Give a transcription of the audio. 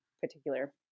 particular